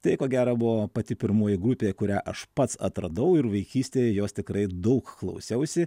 tai ko gero buvo pati pirmoji grupė kurią aš pats atradau ir vaikystėje jos tikrai daug klausiausi